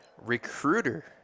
recruiter